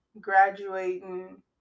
graduating